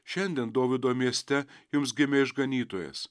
šiandien dovydo mieste jums gimė išganytojas